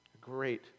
Great